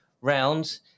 round